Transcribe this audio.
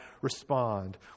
respond